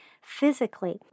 Physically